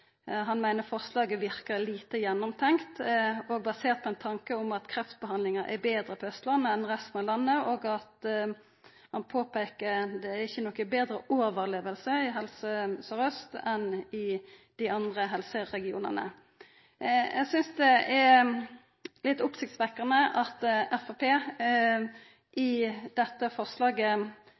meiner «forslaget verkar lite gjennomtenkt» og er basert på ein tanke om at kreftbehandlinga er betre på Austlandet enn resten av landet , og han påpeikar at det ikkje er noko betre overleving i Helse Sør-Aust enn i dei andre helseregionane. Eg synest det er litt overraskande at Framstegspartiet i dette forslaget